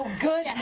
good.